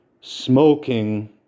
smoking